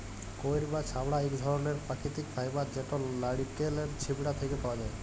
কইর বা ছবড়া ইক ধরলের পাকিতিক ফাইবার যেট লাইড়কেলের ছিবড়া থ্যাকে পাউয়া যায়